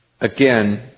again